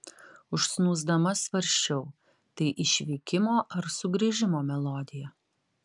užsnūsdama svarsčiau tai išvykimo ar sugrįžimo melodija